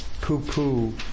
poo-poo